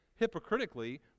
hypocritically